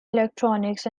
electronics